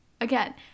Again